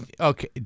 okay